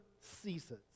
ceases